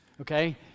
okay